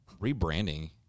rebranding